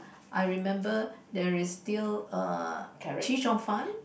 I remember there is still err chee-cheong-fun